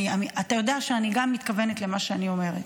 אתה יודע שאני גם מתכוונת למה שאני אומרת.